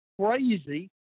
crazy